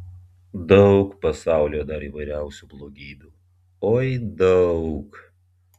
daug pasaulyje dar įvairiausių blogybių oi daug